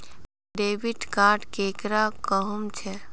Debit card केकरा कहुम छे?